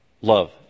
Love